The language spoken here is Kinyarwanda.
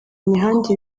imihanda